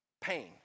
pain